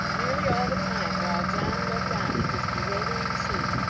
nearly all the time while john looked on at this bewildering scene,